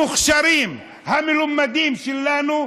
המוכשרים, המלומדים שלנו,